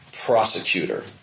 prosecutor